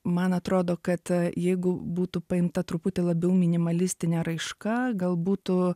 man atrodo kad jeigu būtų paimta truputį labiau minimalistinė raiška gal būtų